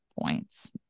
points